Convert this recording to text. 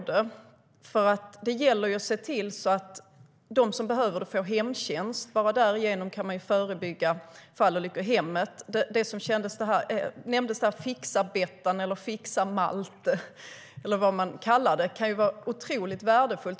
Det gäller att se till att de som behöver hemtjänst får det. Bara därigenom kan man förebygga fallolyckor i hemmet. Fixar-Bettan, Fixar-Malte eller vad man nu kallar det kan vara otroligt värdefullt.